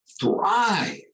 thrive